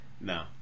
No